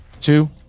two